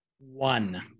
One